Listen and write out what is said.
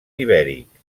ibèric